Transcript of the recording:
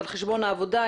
וזה על חשבון העבודה,